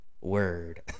Word